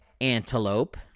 Antelope